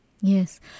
Yes